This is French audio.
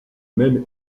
même